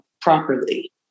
properly